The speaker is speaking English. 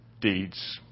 deeds